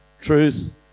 truth